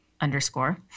underscore